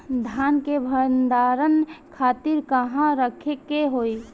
धान के भंडारन खातिर कहाँरखे के होई?